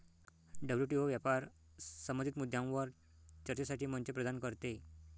WTO व्यापार संबंधित मुद्द्यांवर चर्चेसाठी मंच प्रदान करते